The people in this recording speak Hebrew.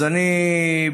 אז אני,